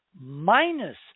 minus